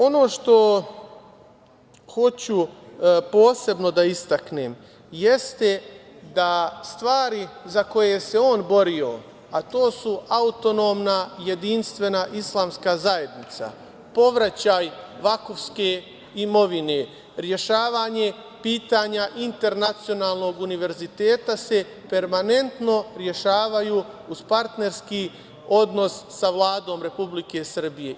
Ono što hoću posebno da istaknem, jeste da stvari za koje se on borio, a to su autonomna, jedinstvena islamska zajednica, povraćaj vakufske imovine, rešavanje pitanja internacionalnog univerziteta se permanentno rešavaju, uz partnerski odnos sa Vladom Republike Srbije.